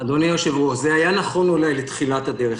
אדוני היושב-ראש, זה היה נכון אולי לתחילת הדרך.